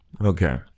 Okay